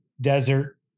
desert